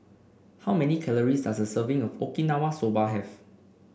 how many calories does a serving of Okinawa Soba have